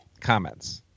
comments